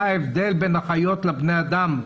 מה ההבדל בין החיות לבני אדם.